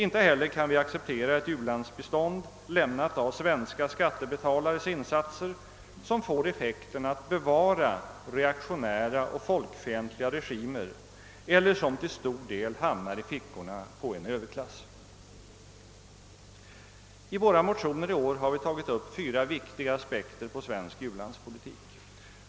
Inte heller kan vi acceptera ett u-landsbistånd, lämnat av svenska skattebetalares insatser, som får effekten att bevara reaktionära och folkfientliga regimer eller som till största delen hamnar i fickorna hos en överklass. I våra motioner i år har vi följt upp fyra viktiga aspekter på den svenska u-landspolitiken.